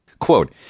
Quote